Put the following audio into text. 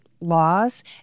laws